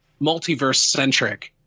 multiverse-centric